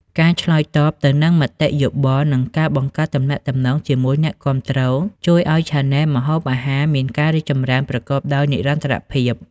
ការឆ្លើយតបទៅនឹងមតិយោបល់ និងការបង្កើតទំនាក់ទំនងជាមួយអ្នកគាំទ្រ ជួយឱ្យឆានែលម្ហូបអាហារមានការរីកចម្រើនប្រកបដោយនិរន្តរភាព។